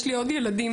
יש לי עוד ילדים,